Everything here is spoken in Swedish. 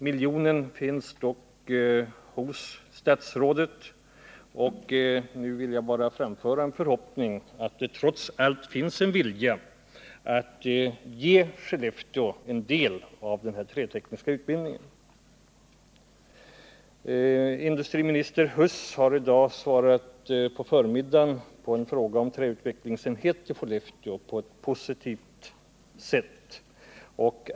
Miljonen finns dock hos statsrådet, och nu vill jag bara framföra en förhoppning om att det trots allt finns en vilja att ge Skellefteå en del av denna trätekniska utbildning. Industriminister Huss har i dag på förmiddagen på ett positivt sätt besvarat en fråga om förläggande av en träutvecklingsenhet till Skellefteå.